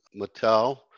Mattel